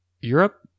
Europe